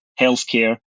healthcare